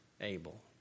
Abel